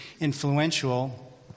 influential